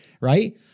right